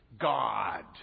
God